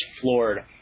floored